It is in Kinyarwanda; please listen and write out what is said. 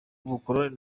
ubukoroni